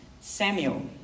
Samuel